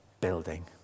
building